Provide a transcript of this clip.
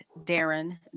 Darren